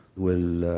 will